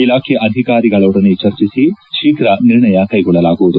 ಇಲಾಖೆ ಅಧಿಕಾರಿಗಳೊಡನೆ ಚರ್ಚಿಸಿ ಶೀಘ್ರ ನಿರ್ಣಯ ಕೈಗೊಳ್ಳಲಾಗುವುದು